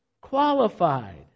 qualified